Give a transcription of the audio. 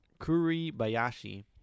Kuribayashi